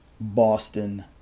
Boston